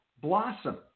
blossom